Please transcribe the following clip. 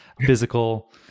physical